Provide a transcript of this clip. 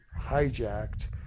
hijacked